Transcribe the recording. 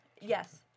Yes